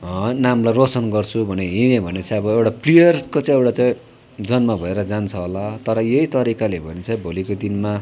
नामलाई रोसन गर्छु भनेर हिँड्यो भने चाहिँ अब एउटा प्लेयरको चाहिँ एउटा चाहिँ जन्म भएर जान्छ होला तर यही तरिकाले भने चाहिँ भोलिको दिनमा